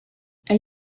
and